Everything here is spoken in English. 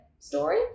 story